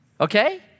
okay